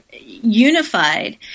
unified